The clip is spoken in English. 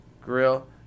grill